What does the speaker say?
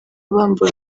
bambura